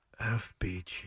FBG